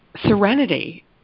serenity